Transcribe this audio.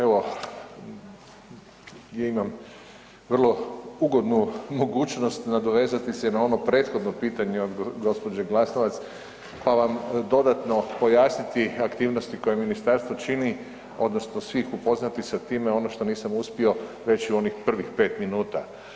Evo gdje imam vrlo ugodnu mogućnost nadovezati se na ono prethodno pitanje od gđe. Glasovac, pa vam dodatno pojasniti aktivnosti koje ministarstvo čini odnosno svih upoznati sa time ono što nisam uspio reći u onih prvih 5 minuta.